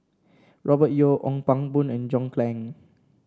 Robert Yeo Ong Pang Boon and John Clang